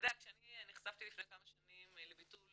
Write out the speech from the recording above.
כשאני נחשפתי לפני כמה שנים לביטול